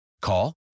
Call